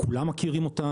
כולם מכירים אותה,